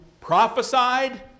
prophesied